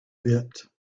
bit